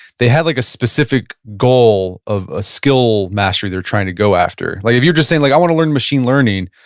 they had like a specific goal of a skill mastery they're trying to go after. like if you're just saying, like i want to learn machine learning,